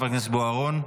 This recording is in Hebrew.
חבר הכנסת בוארון,